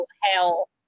hell